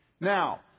Now